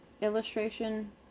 illustration